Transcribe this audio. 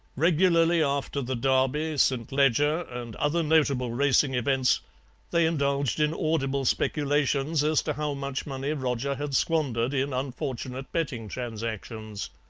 regularly after the derby, st. leger, and other notable racing events they indulged in audible speculations as to how much money roger had squandered in unfortunate betting transactions.